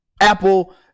Apple